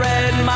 Red